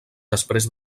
després